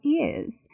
ears